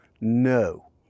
No